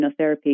immunotherapy